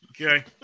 Okay